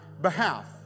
behalf